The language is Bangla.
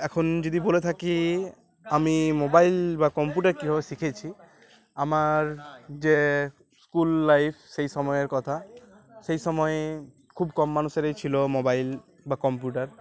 এখন যদি বলে থাকি আমি মোবাইল বা কম্পিউটার কীভাবে শিখেছি আমার যে স্কুল লাইফ সেই সময়ের কথা সেই সময়ে খুব কম মানুষেরই ছিলো মোবাইল বা কম্পিউটার